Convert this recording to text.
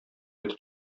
итеп